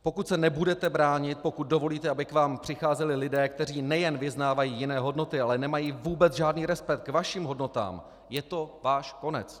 Pokud se nebudete bránit, pokud dovolíte, aby k vám přicházeli lidé, kteří nejen vyznávají jiné hodnoty, ale nemají vůbec žádný respekt k vašim hodnotám, je to váš konec.